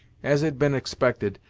as had been expected,